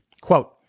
Quote